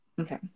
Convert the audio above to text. Okay